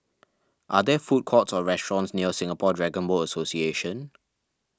are there food courts or restaurants near Singapore Dragon Boat Association